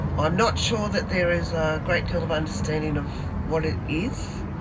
i'm not sure that there is a great deal of understanding of what it is.